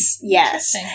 Yes